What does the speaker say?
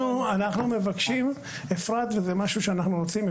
אנחנו מבקשים, אפרת, וזה משהו שאנחנו רוצים.